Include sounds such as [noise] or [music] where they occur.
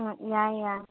[unintelligible] ꯌꯥꯏ ꯌꯥꯏ